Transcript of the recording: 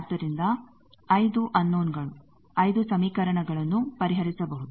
ಆದ್ದರಿಂದ 5 ಅನ್ನೋನ 5 ಸಮೀಕರಣಗಳನ್ನು ಪರಿಹರಿಸಬಹುದು